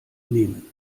nehmen